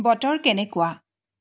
বতৰ কেনেকুৱা